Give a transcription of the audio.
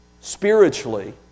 spiritually